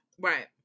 Right